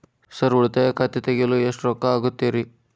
Sir ಉಳಿತಾಯ ಖಾತೆ ತೆರೆಯಲು ಎಷ್ಟು ರೊಕ್ಕಾ ಆಗುತ್ತೇರಿ?